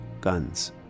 guns